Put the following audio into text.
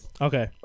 Okay